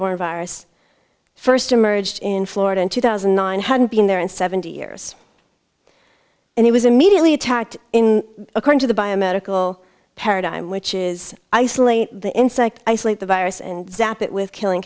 virus first emerged in florida in two thousand and nine hundred being there in seventy years and it was immediately attacked in according to the biomedical paradigm which is isolate the insect isolate the virus and zap it with killing